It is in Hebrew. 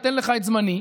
אתן לך את זמני.